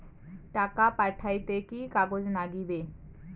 টাকা পাঠাইতে কি কাগজ নাগীবে?